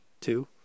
two